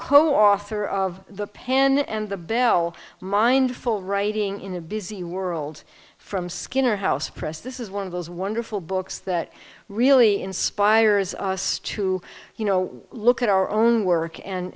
co author of the pen and the belle mindful writing in a busy world from skinner house press this is one of those wonderful books that really inspires us to you know look at our own work